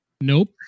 Nope